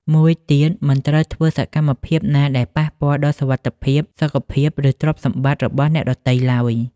មួយទៀតមិនត្រូវធ្វើសកម្មភាពណាដែលប៉ះពាល់ដល់សុវត្ថិភាព សុខភាព ឬទ្រព្យសម្បត្តិរបស់អ្នកដទៃឡើយ។